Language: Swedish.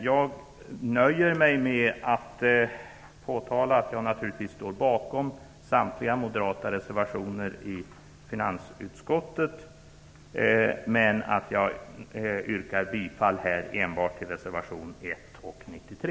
Jag nöjer mig med att påtala att jag naturligtvis står bakom samtliga moderata reservationer i finansutskottet, men jag yrkar bifall enbart till reservationerna 1 och 93.